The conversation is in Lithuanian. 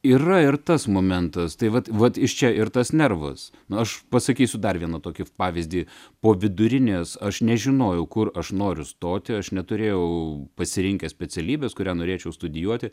yra ir tas momentas tai vat vat iš čia ir tas nervas aš pasakysiu dar vieną tokį pavyzdį po vidurinės aš nežinojau kur aš noriu stoti aš neturėjau pasirinkęs specialybės kurią norėčiau studijuoti